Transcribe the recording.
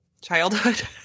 childhood